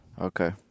okay